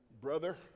Brother